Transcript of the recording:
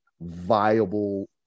viable